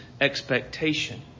expectation